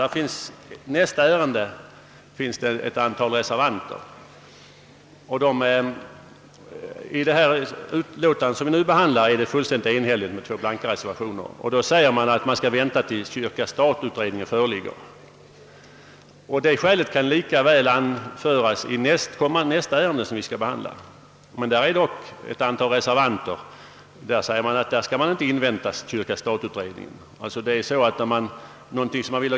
Om det utlåtande vid nu behandlar råder i utskottet enighet; det föreligger bara en blank reservation från två ledamöters sida. Det sägs i utlåtandet att man skall vänta tills utredningen kyrka —Sstat föreligger. Detta skäl kunde lika väl anföras i nästa ärende på föredragningslistan, men där finns det ett antal reservanter som anser att vi inte skall invänta utredningen kyrka—stat.